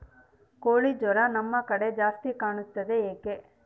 ಕೋಳಿ ಜ್ವರ ನಮ್ಮ ಕಡೆ ಜಾಸ್ತಿ ಕಾಣುತ್ತದೆ ಏಕೆ?